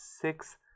six